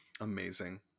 amazing